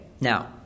Now